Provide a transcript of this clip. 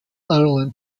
ireland